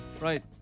right